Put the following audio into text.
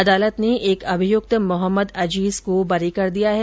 अदालत ने एक अभियुक्त मोहम्मद अजीज को बरी कर दिया है